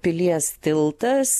pilies tiltas